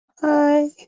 Hi